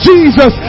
Jesus